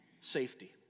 safety